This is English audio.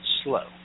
slow